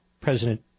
President